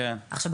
עכשיו,